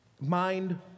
mind